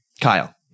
Kyle